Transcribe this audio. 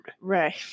right